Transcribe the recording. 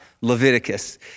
Leviticus